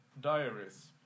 diaries